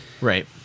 right